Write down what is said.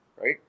Right